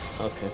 Okay